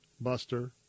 buster